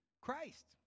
Christ